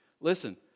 Listen